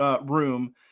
room